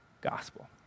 gospel